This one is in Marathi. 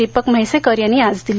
दीपक म्हैसेकर यांनी आज दिली